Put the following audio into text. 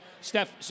Steph